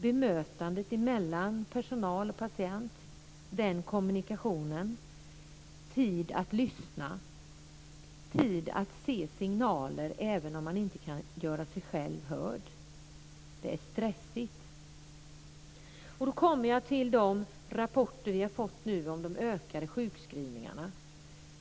Det saknas bemötande och kommunikation mellan personal och patient, tid att lyssna och tid att se signaler även om man inte kan göra sig själv hörd. Det är stressigt. Jag kommer till de rapporter vi har fått om ökade sjukskrivningar.